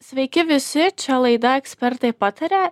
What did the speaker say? sveiki visi čia laida ekspertai pataria